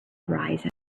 horizon